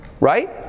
right